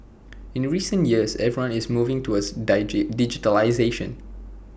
in recent years everyone is moving towards digitisation